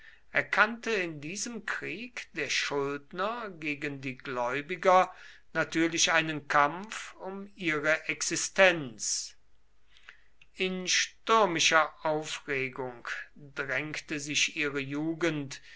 erkannte in diesem krieg der schuldner gegen die gläubiger natürlich einen kampf um ihre existenz in stürmischer aufregung drängte sich ihre jugend